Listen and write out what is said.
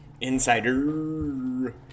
Insider